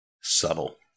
Subtle